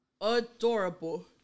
adorable